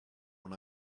non